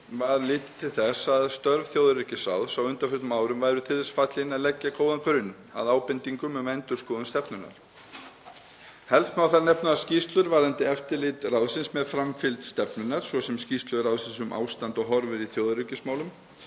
var litið til þess að störf þjóðaröryggisráðs á undanförnum árum væru til þess fallin að leggja góðan grunn að ábendingum um endurskoðun stefnunnar. Helst má þar nefna skýrslur varðandi eftirlit ráðsins með framfylgd stefnunnar, svo sem skýrslu ráðsins um ástand og horfur í þjóðaröryggismálum